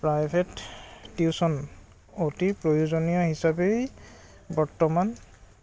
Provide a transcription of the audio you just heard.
private tuition অতি প্ৰয়োজনীয় হিচাপেই বৰ্তমান